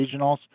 regionals